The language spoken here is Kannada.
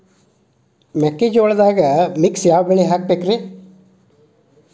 ಮೆಕ್ಕಿಜೋಳದಾಗಾ ಮಿಕ್ಸ್ ಯಾವ ಬೆಳಿ ಹಾಕಬೇಕ್ರಿ?